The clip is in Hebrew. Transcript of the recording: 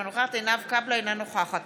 אינה נוכחת